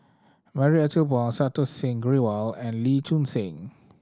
Marie Ethel Bong Santokh Singh Grewal and Lee Choon Seng